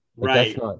Right